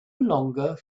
longer